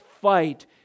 fight